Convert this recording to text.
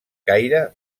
caire